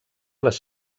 les